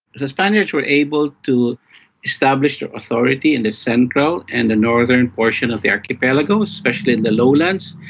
the spanish were able to establish their authority in the central and the northern portion of the archipelago, especially in the lowlands.